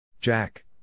Jack